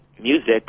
music